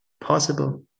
possible